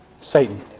Satan